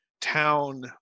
town